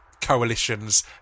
coalitions